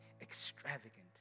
extravagant